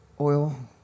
oil